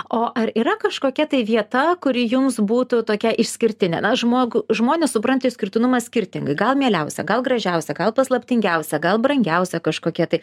o ar yra kažkokia tai vieta kuri jums būtų tokia išskirtinė na žmogų žmonės supranta išskirtinumą skirtingai gal mieliausia gal gražiausia kal paslaptingiausia gal brangiausia kažkokia tai